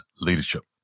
leadership